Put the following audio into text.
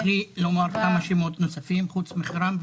תוכלי לומר כמה שמות נוספים חוץ מחירן.